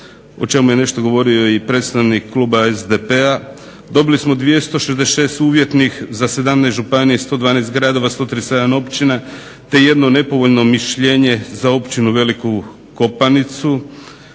o čemu je nešto govorio i predstavnik Kluba SDP-a, dobili smo 266 uvjetnih za 18 županija, 112 gradova, 137 općina, te jedno nepovoljno mišljenje za općinu Veliku Kopanicu,